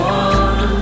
one